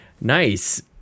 Nice